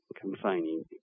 confining